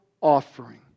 offering